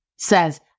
says